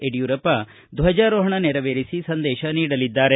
ಯಡಿಯೂರಪ್ಪ ಧ್ವಜಾರೋಹಣ ನೆರವೇರಿಸಿ ಸಂದೇಶ ನೀಡಲಿದ್ದಾರೆ